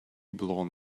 blown